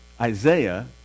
Isaiah